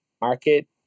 market